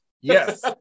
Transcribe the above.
Yes